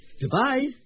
Goodbye